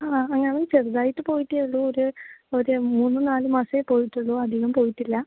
ആ അവൻ അവൻ ചെറുതായിട്ട് പോയിട്ടേ ഉള്ളൂ ഒര് ഒര് മൂന്നു നാല് മാസമേ പോയിട്ടുള്ളൂ അധികം പോയിട്ടില്ല